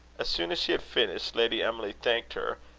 as soon as she had finished, lady emily thanked her,